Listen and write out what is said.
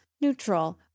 neutral